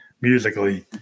musically